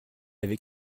avait